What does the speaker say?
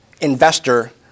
investor